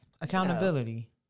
Accountability